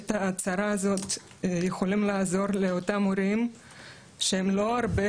בעת הצרה הזאת יכולים לעזור לאותם הורים שהם לא הרבה